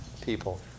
people